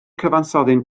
cyfansoddyn